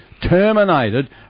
terminated